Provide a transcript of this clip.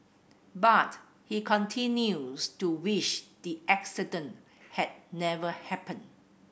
but he continues to wish the accident had never happened